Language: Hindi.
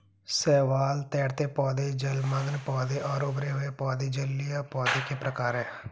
शैवाल, तैरते पौधे, जलमग्न पौधे और उभरे हुए पौधे जलीय पौधों के प्रकार है